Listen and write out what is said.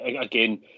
again